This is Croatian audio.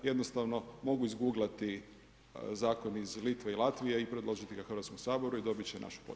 Jednostavno mogu izguglati zakon iz Litve i Latvije i predložiti ga Hrvatskom saboru i dobit će našu podršku.